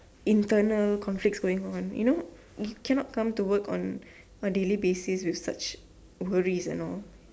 internal conflicts going on you know you cannot come to work on a daily basis with such worries and all